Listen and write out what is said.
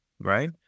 right